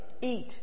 eat